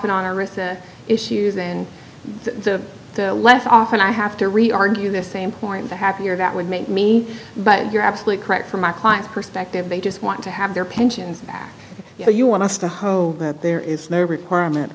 often on a risk issues and the less often i have to re argue the same point the happier that would make me but you're absolutely correct from my client's perspective they just want to have their pensions you know you want us to hope that there is no requirement